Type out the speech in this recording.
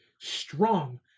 strong